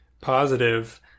positive